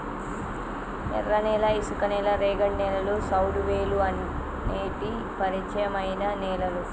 ఎర్రనేల, ఇసుక నేల, రేగడి నేలలు, సౌడువేలుఅనేటి పరిచయమైన నేలలు